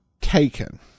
taken